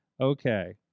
Okay